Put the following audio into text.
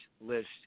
list